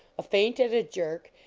a feint at a jerk,